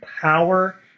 power